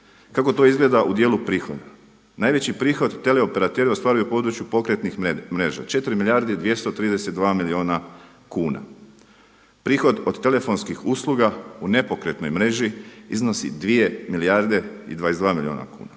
Kako to izgleda u dijelu prihoda. Najveći prihod tele operateri ostvaruju u području pokretnih mreža 4 milijarde i 232 milijuna kunja. Prihod od telefonskih usluga u nepokretnoj mreži iznosi 2 milijarde i 22 milijuna kuna,